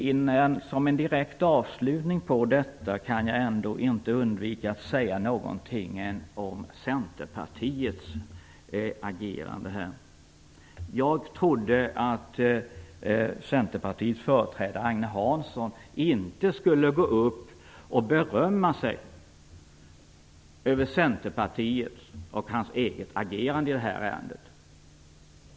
Som en avslutning på detta kan jag inte undvika att säga någonting om Centerpartiets agerande här. Jag trodde inte att Centerpartiets företrädare Agne Hansson skulle gå upp och berömma sig för Centerpartiets och sitt eget agerande i det här ärendet.